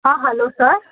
ah hello sir